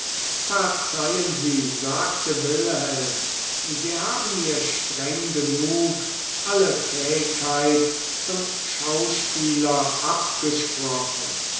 verzeihen sie sagte wilhelm sie haben mir streng genug alle fähigkeit zum schauspieler abgesprochen